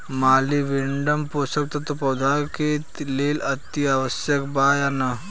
Molybdenum पोषक तत्व पौधा के लेल अतिआवश्यक बा या न?